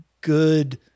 good